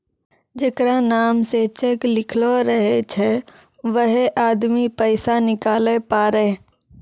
जेकरा नाम से चेक लिखलो रहै छै वैहै आदमी पैसा निकालै पारै